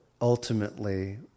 ultimately